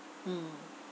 mm